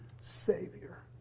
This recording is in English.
Savior